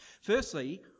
Firstly